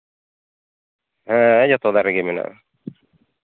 ᱦᱮᱸ ᱡᱚᱛᱚ ᱫᱟᱨᱮᱜᱮ ᱢᱮᱱᱟᱜᱼᱟ